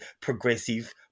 progressive